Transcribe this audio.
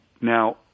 Now